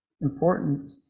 important